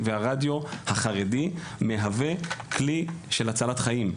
והרדיו החרדי מהווה כלי של הצלת חיים,